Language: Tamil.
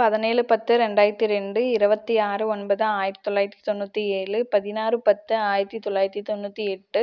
பதினேழு பத்து ரெண்டாயிரத்தி ரெண்டு இரபத்தி ஆறு ஒன்பது ஆயிரத்தி தொள்ளாயிரத்தி தொண்ணூற்றி ஏழு பதினாறு பத்து ஆயிரத்தி தொள்ளாயிரத்தி தொண்ணூற்றி எட்டு